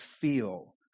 feel